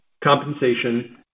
compensation